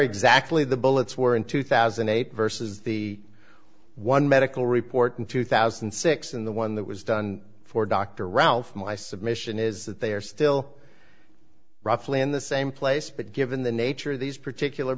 exactly the bullets were in two thousand and eight versus the one medical report in two thousand and six in the one that was done for dr rao for my submission is that they are still roughly in the same place but given the nature of these particular